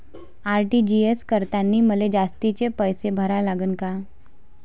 RTGS करतांनी मले जास्तीचे पैसे भरा लागन का?